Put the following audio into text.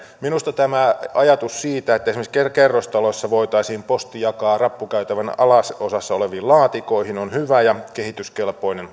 minusta tämä ajatus siitä että esimerkiksi kerrostaloissa voitaisiin posti jakaa rappukäytävän alaosassa oleviin laatikoihin on hyvä ja kehityskelpoinen